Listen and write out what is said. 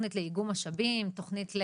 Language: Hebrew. תוכנית לאיגום משאבים, או תוכנית של